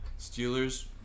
Steelers